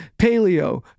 paleo